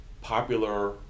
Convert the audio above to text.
popular